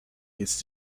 its